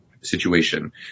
situation